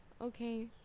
Okay